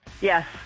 Yes